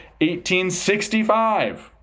1865